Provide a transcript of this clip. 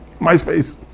MySpace